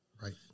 Right